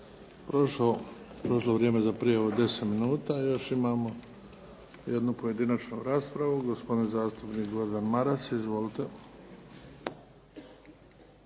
prošlo vrijeme za prijavu 10 minuta. Još imamo jednu pojedinačnu raspravu. Gospodin zastupnik Gordan Maras. Izvolite.